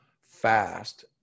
fast